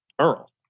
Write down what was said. Earl